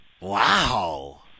Wow